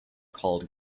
called